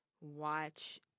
watch